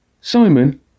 Simon